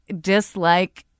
dislike